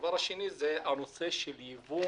הנושא של יבוא